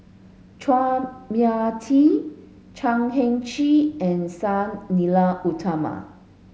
Chua Mia Tee Chan Heng Chee and Sang Nila Utama